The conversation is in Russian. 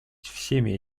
всеми